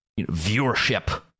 viewership